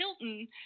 Hilton